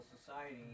Society